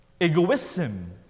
egoism